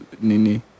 nini